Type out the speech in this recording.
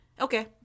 Okay